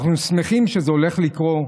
אנחנו שמחים שזה הולך לקרות.